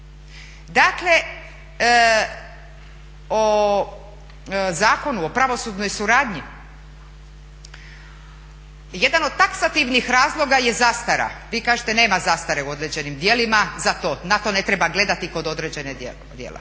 Dakle, o Zakonu o pravosudnoj suradnji jedan od taksativnih razloga je zastara. Vi kažete nema zastare u određenim djelima za to, na to ne treba gledati kod određenog djela.